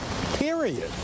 period